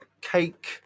cake